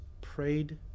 prayed